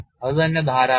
അത് തന്നെ ധാരാളം